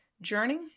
journey